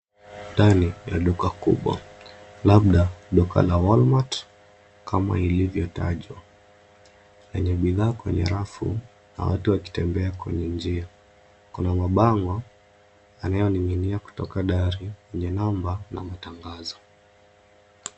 Ndani ya duka kubwa labda duka la Walmart kama ilivyotajwa, lenye bidhaa kwenye rafu na watu wakitembea kwenye njia. Kuna mabango yanayoning'inia kutoka dari yenye namba na matangazo.